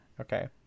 okay